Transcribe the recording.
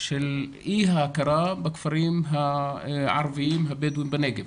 של אי ההכרה בכפרים הערביים הבדואים בנגב.